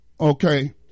Okay